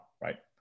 right